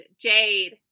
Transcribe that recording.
Jade